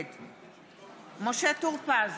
נגד משה טור פז,